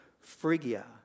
Phrygia